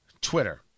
Twitter